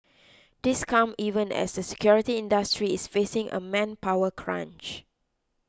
this comes even as the security industry is facing a manpower crunch